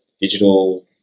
digital